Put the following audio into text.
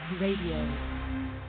Radio